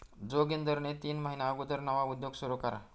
जोगिंदरनी तीन महिना अगुदर नवा उद्योग सुरू करा